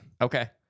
Okay